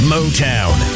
Motown